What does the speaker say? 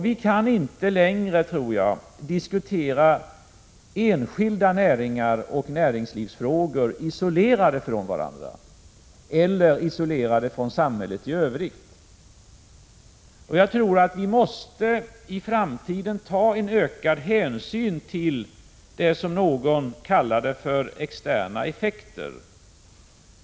Vi kan inte längre diskutera enskilda näringar och näringslivsfrågor isolerade från varandra eller isolerade från samhället i övrigt. Vi måste i framtiden ta en ökad hänsyn till det som någon kallade för externa effekter.